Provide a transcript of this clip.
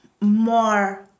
more